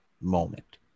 moment